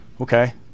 Okay